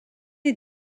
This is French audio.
est